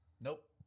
Nope